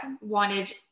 wanted